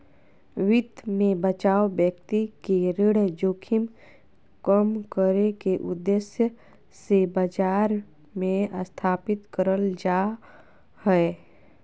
वित्त मे बचाव व्यक्ति के ऋण जोखिम कम करे के उद्देश्य से बाजार मे स्थापित करल जा हय